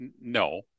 no